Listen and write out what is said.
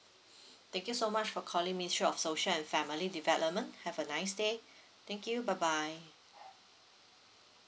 thank you so much for calling ministry of social and family development have a nice day thank you bye bye